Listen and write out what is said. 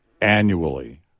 annually